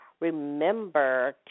remember